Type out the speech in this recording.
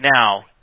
now